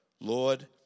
Lord